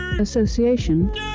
Association